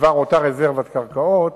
בדבר אותה רזרבת קרקעות,